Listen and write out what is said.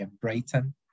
Brighton